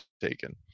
taken